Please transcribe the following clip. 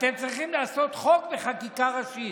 אתם צריכים לעשות חוק בחקיקה ראשית.